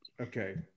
Okay